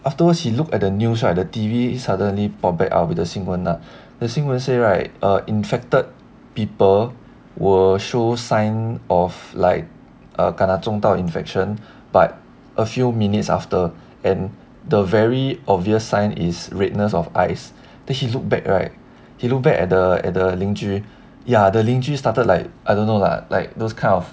afterwards he looked at the news right the T_V suddenly pop back up with a single lah the thing will say right err infected people were show sign of like kena 中到 infection but a few minutes after and the very obvious sign is redness of eyes then he looked back right he looked back at the at the 邻居 ya the 邻居 started like I don't know lah like those kind of